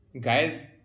Guys